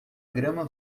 grama